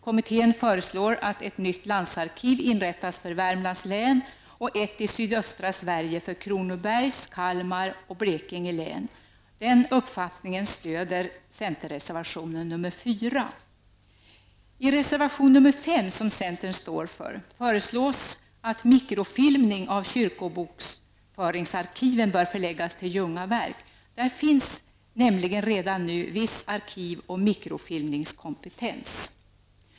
Kommittén föreslår att ett nytt landsarkiv inrättas för Värmlands län och ett i sydöstra Sverige för Kronobergs, Kalmar och Blekinge län. Den uppfattningen stöder centerreservationen nr 4. I reservation nr 5, som centern står för, föreslås att mikrofilmning av kyrkobokföringsarkiven bör förläggas till Ljungaverk. Där finns nämligen redan nu viss arkiv och mikrofilmningskompetens.